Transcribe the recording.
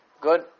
good